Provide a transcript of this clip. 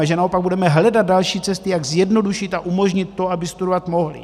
A že naopak budeme hledat další cesty, jak zjednodušit a umožnit to, aby studovat mohli.